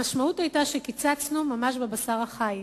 המשמעות היתה שקיצצנו ממש בבשר החי,